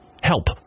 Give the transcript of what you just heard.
Help